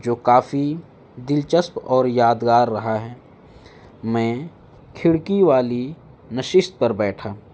جو کافی دلچسپ اور یادگار رہا ہے میں کھڑکی والی نشست پر بیٹھا